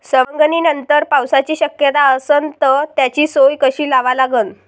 सवंगनीनंतर पावसाची शक्यता असन त त्याची सोय कशी लावा लागन?